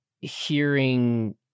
hearing